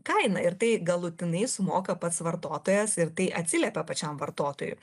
kainą ir tai galutinai sumoka pats vartotojas ir tai atsiliepia pačiam vartotojui